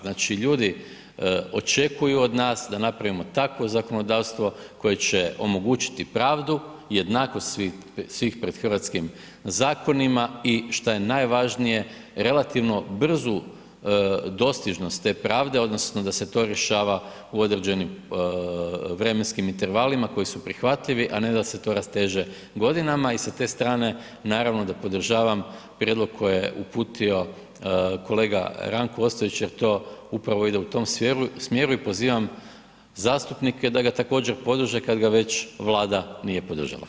Znači ljudi očekuju od nas da napravimo takvo zakonodavstvo koje će omogućiti pravdu, jednakost svih pred hrvatskim zakonima i šta je najvažnije relativno brzu dostižnost te pravde odnosno da se to rješava u određenim vremenskim intervalima koji su prihvatljivi, a ne da se to rasteže godinama i sa te strane naravno da podržavam prijedlog koji je uputio kolega Ranko Ostojić jer to upravo ide u tom smjeru i pozivam zastupnike da ga također podrže kad ga već Vlada nije podržala.